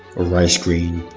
a rice grain,